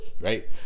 Right